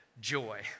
joy